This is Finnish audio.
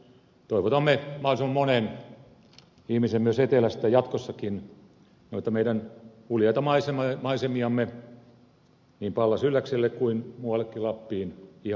toivotamme mahdollisimman monen ihmisen myös etelästä jatkossakin noita meidän uljaita maisemiamme niin pallas ylläkselle kuin muuallekin lappiin ihastelemaan